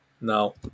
No